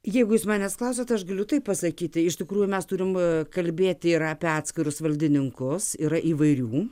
jeigu jūs manęs klausiat aš galiu tai pasakyti iš tikrųjų mes turim kalbėti ir apie atskirus valdininkus yra įvairių